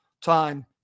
time